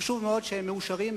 חשוב מאוד שהם מאושרים,